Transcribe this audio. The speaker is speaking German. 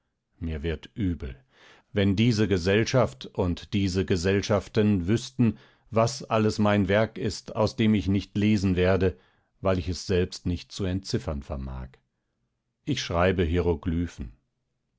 mir wird übel wenn diese gesellschaft und diese gesellschaften wüßten was alles mein werk ist aus dem ich nicht lesen werde weil ich es selbst nicht zu entziffern vermag ich schreibe hieroglyphen